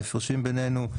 ההפרשים בינינו,